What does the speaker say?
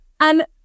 And-